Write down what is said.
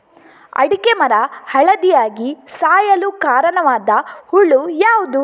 ಅಡಿಕೆ ಮರ ಹಳದಿಯಾಗಿ ಸಾಯಲು ಕಾರಣವಾದ ಹುಳು ಯಾವುದು?